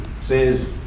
says